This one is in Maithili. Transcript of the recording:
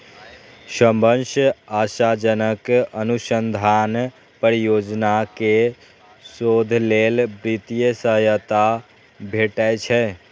सबसं आशाजनक अनुसंधान परियोजना कें शोध लेल वित्तीय सहायता भेटै छै